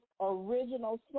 Original